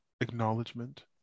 acknowledgement